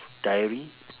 diary